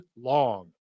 long